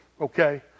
okay